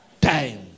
time